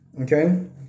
Okay